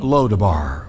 Lodabar